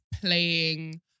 playing